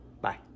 bye